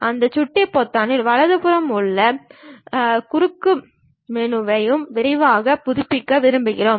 அந்த சுட்டி பொத்தானின் வலது புறம் எந்த குறுக்குவழி மெனுவையும் விரைவாக புதுப்பிக்க விரும்புகிறோம்